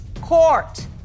court